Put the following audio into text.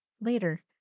Later